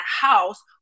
house